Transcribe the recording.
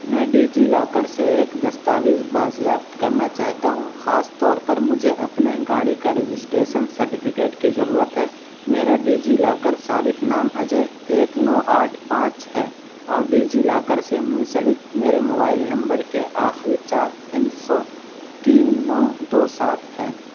میں DigiLocker سے ایک دستاویز بازیافت کرنا چاہتا ہوں خاص طور پر مجھے اپنے گاڑی کا رجسٹریسن سرٹیفکیٹ کی ضرورت ہے میرا ڈیجی لاکر صارف نام اجے ایک نو آٹھ پانچ ہے اور ڈیجی لاکر سے منسلک میرے موائل نمبر کے آخری چار ہندسوں تین نو دو سات ہیں